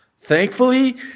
Thankfully